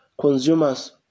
consumers